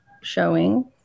showing